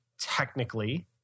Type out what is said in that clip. technically